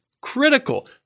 critical